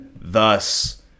thus